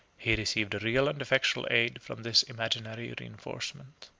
he received a real and effectual aid from this imaginary reenforcement.